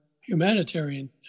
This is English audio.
humanitarian